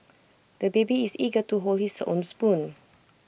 the baby is eager to hold his own spoon